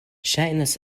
ŝajnas